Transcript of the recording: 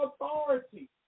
authority